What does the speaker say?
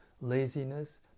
laziness